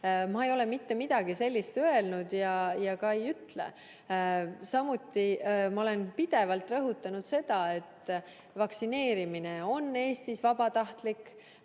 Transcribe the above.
Ma ei ole mitte midagi sellist öelnud ja ka ei ütle. Ma olen pidevalt rõhutanud seda, et vaktsineerimine on Eestis vabatahtlik